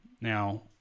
now